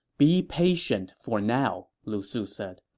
be patient for now, lu su said.